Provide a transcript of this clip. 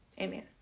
Amen